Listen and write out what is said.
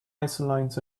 isolines